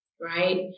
right